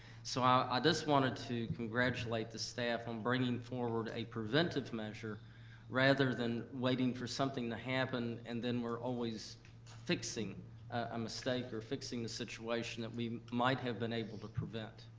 so i just wanted to congratulate the staff on bringing forward a preventive measure rather than waiting for something to happen, and then we're always fixing a mistake or fixing the situation that we might have been able to prevent.